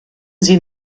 sie